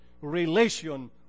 relation